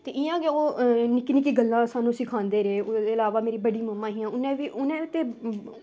ते इ'यां गै ओह् निक्की निक्की गल्लां सानूं सिखांदे रेह् ओह्दे इलावा मेरी बड़ी मम्मा हियां उ'नें बी उ'नें ते